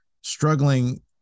struggling